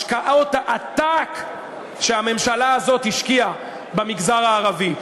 השקעות עתק שהממשלה הזאת השקיעה במגזר הערבי.